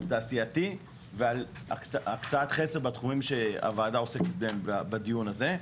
תעשייתי ועל הקצאת חסר בתחומים שהוועדה עוסקת בהם בדיון הזה.